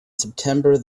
september